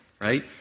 Right